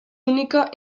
única